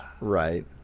Right